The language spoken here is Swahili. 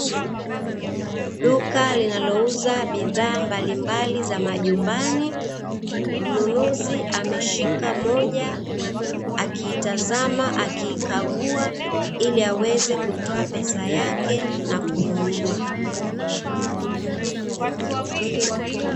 Duka linalouza bidhaa mbalimbali za majumbani, mnunuzi ameshika moja, akiitazama akiikagua ili aweze kutoa pesa yake na kununua.